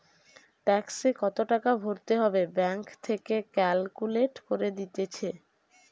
ট্যাক্সে কত টাকা ভরতে হবে ব্যাঙ্ক থেকে ক্যালকুলেট করে দিতেছে